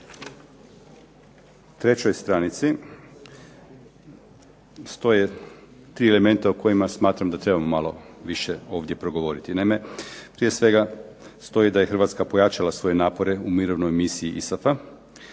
na trećoj stranici stoje tri elementa o kojima smatram da trebamo malo više ovdje progovoriti. Naime, prije svega stoji da je Hrvatska pojačala svoje napore u mirovnoj misiji ISAF-a.